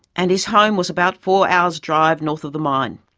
and his home was about four hours drive north of the mine.